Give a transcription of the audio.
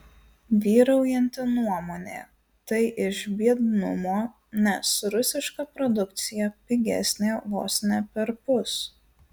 vyraujanti nuomonė tai iš biednumo nes rusiška produkcija pigesnė vos ne perpus